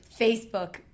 Facebook